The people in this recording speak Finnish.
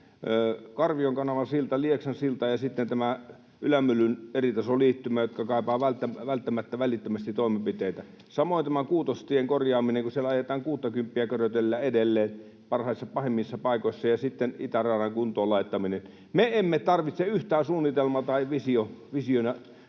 Karvion kanavan silta, Lieksan silta ja sitten Ylämyllyn eritasoliittymä — jotka kaipaavat välttämättä, välittömästi toimenpiteitä. Samoin Kuutostien korjaaminen: siellä kuuttakymppiä körötellään edelleen pahimmissa paikoissa. Ja sitten itäradan kuntoon laittaminen. Me emme tarvitse yhtään suunnitelma- tai